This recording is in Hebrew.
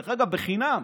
דרך אגב, חינם.